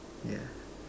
ya